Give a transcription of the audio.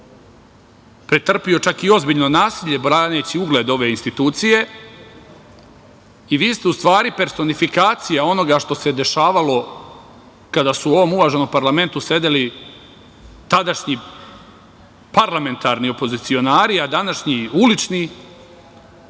pretrpeo čak i ozbiljno nasilje braneći ugled ove institucije i vi ste u stvari personifikacija onoga što se dešavalo kada su u ovom uvaženom parlamentu sedeli tadašnji parlamentarni opozicionari, a današnji ulični